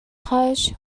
хойш